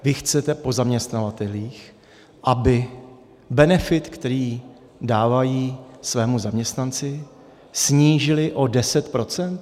Vy chcete po zaměstnavatelích, aby benefit, který dávají svému zaměstnanci, snížili o 10 %?